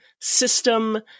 system